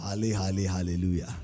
Hallelujah